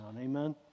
Amen